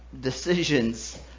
decisions